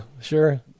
sure